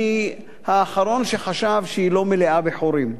אני האחרון שחשב שהיא לא מלאה חורים,